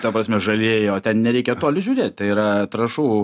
ta prasme žalieji o ten nereikia toli žiūrėt tai yra trąšų